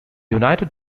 united